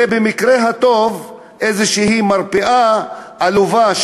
זה במקרה הטוב מרפאה עלובה,